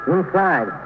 Inside